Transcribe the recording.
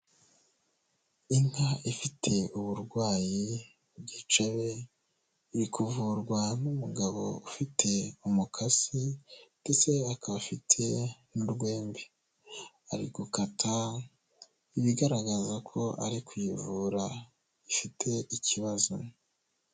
Inka ifite uburwayi bw’icebe, iri kuvurwa n'umugabo ufite umukasi ndetse akaba afite n'urwembe, ari gukata ibigaragaza ko ari kuyivura ifite ikibazo.